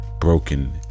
broken